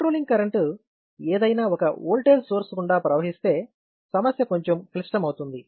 controlling current ఏదైనా ఒక voltage source గుండా ప్రవహిస్తే సమస్య కొంచెం క్లిష్టమవుతుంది